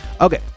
Okay